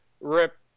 Rip